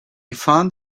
found